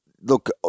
look